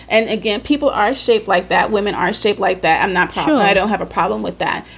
and again, people are shaped like that. women are shaped like that. i'm not sure i don't have a problem with that.